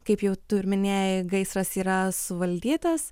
kaip jau tu ir minėjai gaisras yra suvaldytas